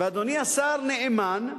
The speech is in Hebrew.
ואדוני השר נאמן,